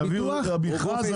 תעשו מכרז?